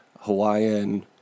Hawaiian